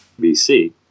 BC